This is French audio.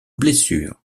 blessures